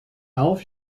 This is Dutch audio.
half